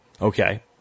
okay